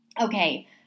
okay